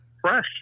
fresh